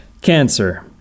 Cancer